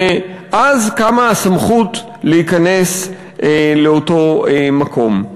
אז קמה הסמכות להיכנס לאותו מקום.